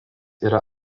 yra